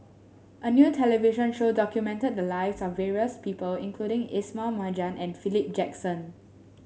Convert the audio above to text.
a new television show documented the lives of various people including Ismail Marjan and Philip Jackson